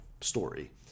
story